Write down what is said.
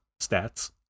stats